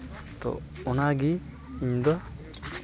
ᱛᱳ ᱚᱱᱟᱜᱮ ᱤᱧᱫᱚ